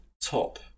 top